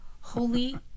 holy